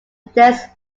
dense